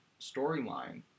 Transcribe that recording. storyline